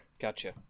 gotcha